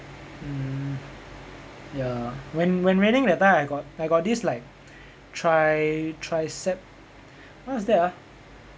mm ya when when raining that time I got I got this like tri~ tricep what's that ah